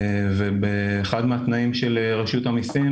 באחד התנאים של רשות המיסים,